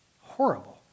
horrible